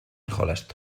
jolastu